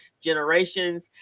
generations